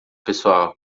pessoal